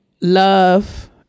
love